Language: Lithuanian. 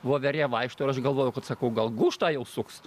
voverė vaikšto ir aš galvoju kad sakau gal gūžtą jau suks